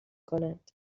کنند